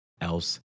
else